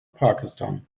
pakistan